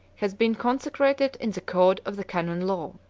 has been consecrated in the code of the canon law.